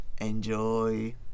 Enjoy